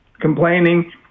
complaining